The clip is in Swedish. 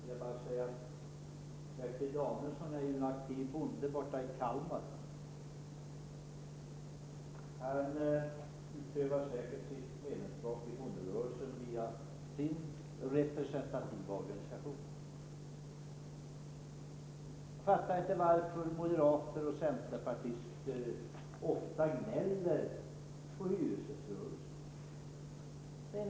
Herr talman! Bertil Danielsson är ju en aktiv bonde i Kalmar. Han utövar säkert sitt medlemskap i bonderörelsen via sin representativa organisation. Jag fattar inte varför moderater och centerpartister ofta gnäller på hyresgäströrelsen.